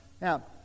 Now